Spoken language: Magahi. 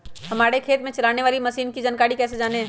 हमारे खेत में चलाने वाली मशीन की जानकारी कैसे जाने?